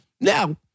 Now